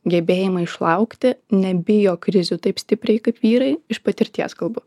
gebėjimą išlaukti nebijo krizių taip stipriai kaip vyrai iš patirties kalbu